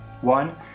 one